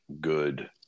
good